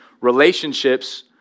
Relationships